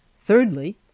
Thirdly